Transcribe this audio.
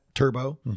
Turbo